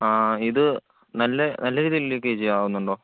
ആ ഇത് നല്ല നല്ല രീതിയില് ലീക്കേജ് ആവുന്നുണ്ടോ